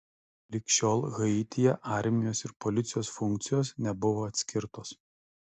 lig šiol haityje armijos ir policijos funkcijos nebuvo atskirtos